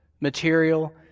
material